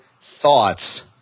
thoughts